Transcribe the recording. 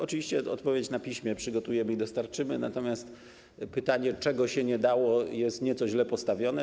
Oczywiście odpowiedź na piśmie przygotujemy i dostarczymy, natomiast pytanie, czego się nie dało, jest nieco źle postawione.